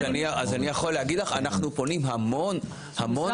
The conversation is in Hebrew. אז אני יכול להגיד לך, אנחנו פונים המון, המון.